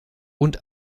und